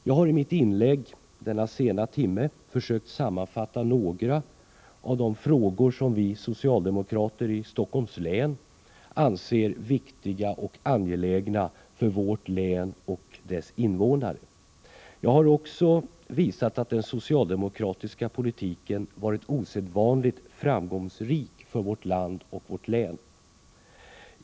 Jag har i mitt inlägg i denna sena timme försökt sammanfatta några av de frågor som vi socialdemokrater i Stockholms län anser viktiga och angelägna för vårt län och dess invånare. Jag har också visat att den socialdemokratiska politiken har varit osedvanligt framgångsrik för vårt land och län.